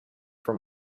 from